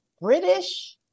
British